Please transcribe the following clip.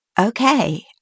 Okay